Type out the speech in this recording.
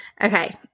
Okay